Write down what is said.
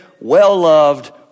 well-loved